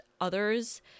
others